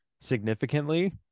significantly